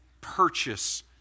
purchase